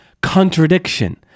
contradiction